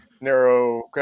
narrow